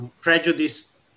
prejudice